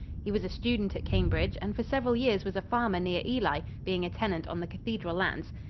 he was a student at cambridge and for several years was a farmer near ely, being a tenant on the cathedral lands.